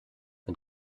mit